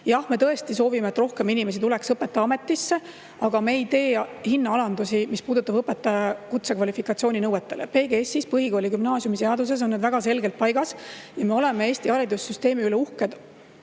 Jah, me tõesti soovime, et rohkem inimesi tuleks õpetaja ametisse, aga me ei tee hinnaalandusi õpetaja kutse kvalifikatsiooninõuetes. PGS-is, põhikooli- ja gümnaasiumiseaduses, on need väga selgelt paigas. Me oleme Eesti haridussüsteemi üle uhked